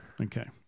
Okay